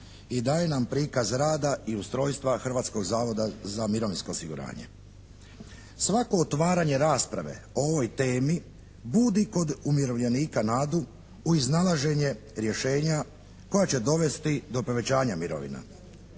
i daje nam prikaz rada i ustrojstva Hrvatskog zavoda za mirovinsko osiguranje. Svako otvaranje rasprave o ovoj temi budi kod umirovljenika nadu u iznalaženje rješenja koja će dovesti do povećanja mirovina.